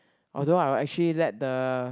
although I will actually let the